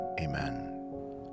Amen